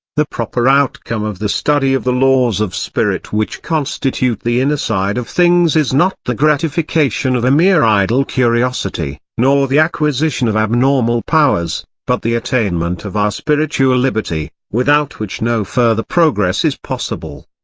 the proper outcome of the study of the laws of spirit which constitute the inner side of things is not the gratification of a mere idle curiosity, nor the acquisition of abnormal powers, but the attainment of our spiritual liberty, without which no further progress is possible.